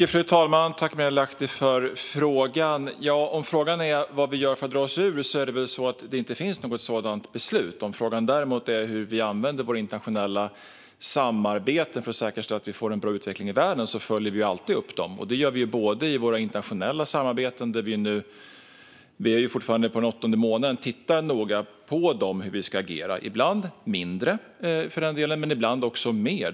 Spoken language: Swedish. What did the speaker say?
Fru talman! Tack, Marielle Lahti, för frågan! Om frågan är vad vi gör för att dra oss ur är svaret att det inte finns något sådant beslut. Om frågan däremot är hur vi använder våra internationella samarbeten för att säkerställa en bra utveckling i världen är svaret att vi alltid följer upp dem. Vi är inne på den åttonde månaden, och vi tittar noga på hur vi ska agera när det gäller våra internationella samarbeten. Ibland blir det mindre, men ibland också mer.